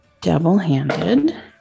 Double-handed